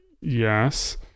Yes